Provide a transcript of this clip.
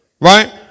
Right